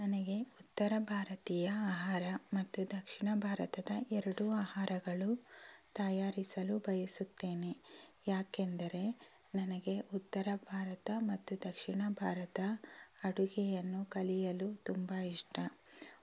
ನನಗೆ ಉತ್ತರ ಭಾರತೀಯ ಆಹಾರ ಮತ್ತು ದಕ್ಷಿಣ ಭಾರತದ ಎರಡೂ ಆಹಾರಗಳು ತಯಾರಿಸಲು ಬಯಸುತ್ತೇನೆ ಯಾಕೆಂದರೆ ನನಗೆ ಉತ್ತರ ಭಾರತ ಮತ್ತು ದಕ್ಷಿಣ ಭಾರತ ಅಡುಗೆಯನ್ನು ಕಲಿಯಲು ತುಂಬ ಇಷ್ಟ